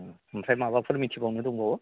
ओमफ्राय माबाफोर मिथिबावनो दंबावो